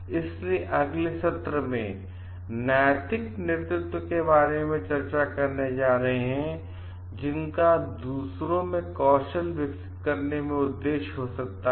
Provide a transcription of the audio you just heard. इसलिए अगले सत्र में हम नैतिक नेतृत्व के बारे में चर्चा करने जा रहे हैं और जिसका दूसरों में कौशल विकसित करने में उद्देश्य हो सकता है